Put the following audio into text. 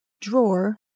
drawer